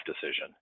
decision